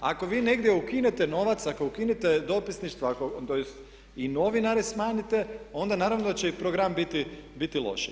Ako vi negdje ukinete novac, ako ukinete dopisništva tj. i novinare smanjite onda naravno da će i program biti loš.